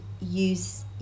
use